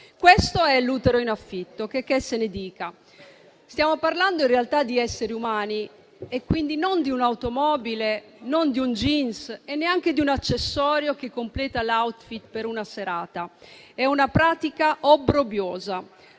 questo è l'utero in affitto, checché se ne dica. Stiamo parlando in realtà di esseri umani e quindi non di un'automobile, non di un jeans e neanche di un accessorio che completa l'*outfit* per una serata. È una pratica obbrobriosa.